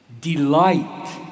delight